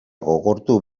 gogortu